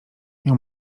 miał